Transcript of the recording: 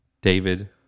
David